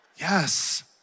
Yes